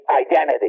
Identity